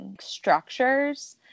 structures